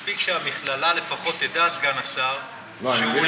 מספיק שהמכללה לפחות תדע, סגן השר, לא.